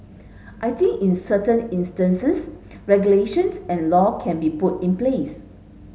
I think is certain instances regulations and law can be put in place